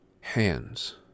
Hands